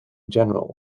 general